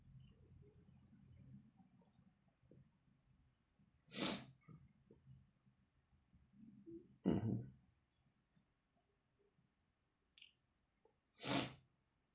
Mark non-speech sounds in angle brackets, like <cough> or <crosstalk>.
<breath> mmhmm <breath>